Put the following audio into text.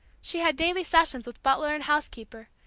she had daily sessions with butler and house-keeper,